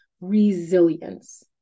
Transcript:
resilience